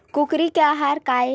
कुकरी के आहार काय?